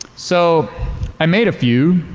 so i made a few